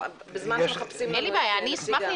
בזמן שמחפשים לנו את נציג המועצות האזוריות.